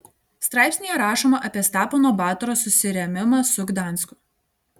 straipsnyje rašoma apie stepono batoro susirėmimą su gdansku